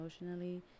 emotionally